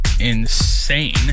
insane